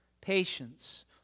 patience